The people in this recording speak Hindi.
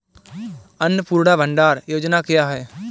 अन्नपूर्णा भंडार योजना क्या है?